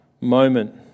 moment